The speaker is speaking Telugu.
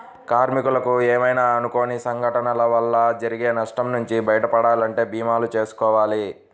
కార్మికులకు ఏమైనా అనుకోని సంఘటనల వల్ల జరిగే నష్టం నుంచి బయటపడాలంటే భీమాలు చేసుకోవాలి